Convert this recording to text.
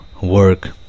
work